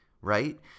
right